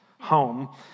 home